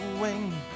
wing